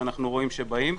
שאנחנו רואים שהם באים.